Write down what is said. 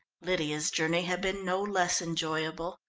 lydia's journey had been no less enjoyable.